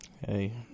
Hey